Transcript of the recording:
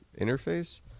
interface